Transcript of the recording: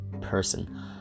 person